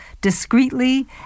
discreetly